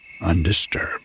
undisturbed